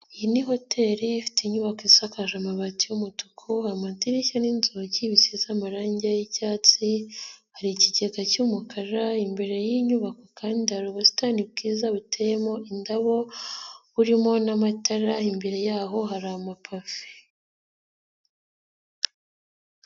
Iyi ni hoteri ifite inyubako isakaje amabati y'umutuku, amadirishya n'inzugi bisize amarangi y'icyatsi, hari ikigega cy'umukara, imbere y'inyubako kandi hari ubusitani bwiza buteyemo indabo, burimo n'amatara imbere yaho hari amapave.